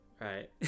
Right